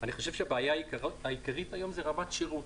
אני חושב שהבעיה העיקרית היום היא רמת השירות.